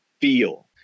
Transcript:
feel